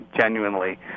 genuinely